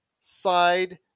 side